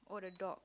all the dog